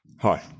Hi